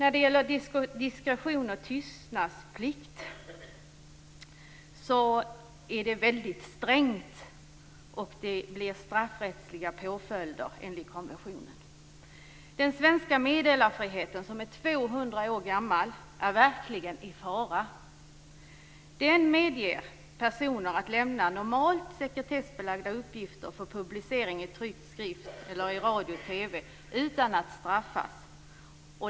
Regleringen av diskretions och tystnadsplikt är väldigt sträng och kan enligt konventionen få straffrättsliga påföljder. Den svenska meddelarfriheten, som är 200 år gammal, är verkligen i fara. Den medger personer att lämna normalt sekretessbelagda uppgifter för publicering i tryckt skrift eller i radio/TV utan att bli straffade.